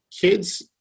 kids